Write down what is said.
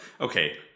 okay